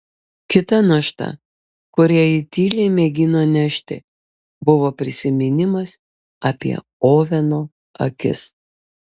kita našta kurią ji tyliai mėgino nešti buvo prisiminimas apie oveno akis